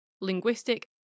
linguistic